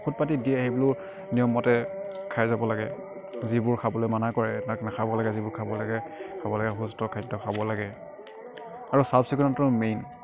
ঔষধ পাতি দিয়ে সেইবোৰ নিয়মমতে খাই যাব লাগে যিবোৰ খাবলৈ মানা কৰে তাক নাখাব লাগে যিবোৰ খাব লাগে খাব লাগে সুস্থ খাদ্য খাব লাগে আৰু চাফ চিকুণতাটো মেইন